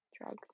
Drugs